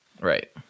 right